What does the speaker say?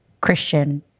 Christian